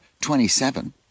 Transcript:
27